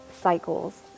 cycles